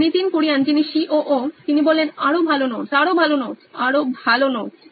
Nitin Kurian C O O নোইন electronics আরো ভালো নোটস আরো ভালো নোটস আরো ভালো নোটস